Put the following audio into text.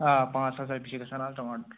آ پانٛژھ ساس رۄپیہِ چھِ گژھان اَز ٹماٹر